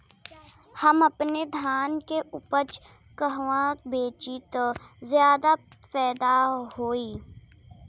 हम अपने धान के उपज कहवा बेंचि त ज्यादा फैदा होई?